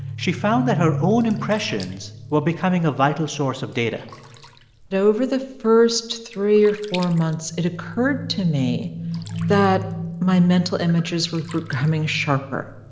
she found that her own impressions were becoming a vital source of data over the first three or four months, it occurred to me that my mental images were becoming sharper,